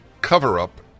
cover-up